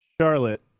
Charlotte